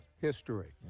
history